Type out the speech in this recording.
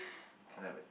cause I would